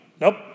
Nope